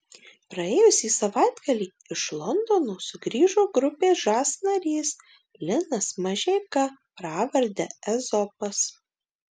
praėjusį savaitgalį iš londono sugrįžo grupės žas narys linas mažeika pravarde ezopas